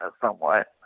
Somewhat